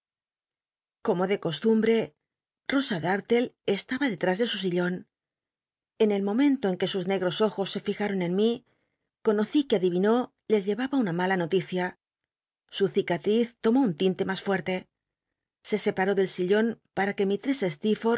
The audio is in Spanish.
como de costumbre llosa d utlc estaba dctr ís de su ilion en el momento en que sus negros ojos se lijaron en mí conocí que adivinó les llevaba una mala noticia su cicatriz lomó un tinte mas fuerte se separó del sillon para jnc